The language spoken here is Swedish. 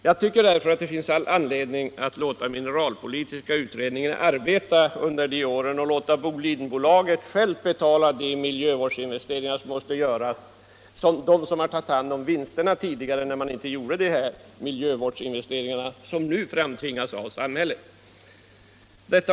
Jag tycker därför det finns all anledning att låta mineralpolitiska utredningen arbeta och att låta Boliden AB självt betala de miljövårdsinvesteringar som måste göras. Bolaget har ju tidigare tagit hand om vinsterna och bör alltså göra de investeringar som nu framtvingas av samhället.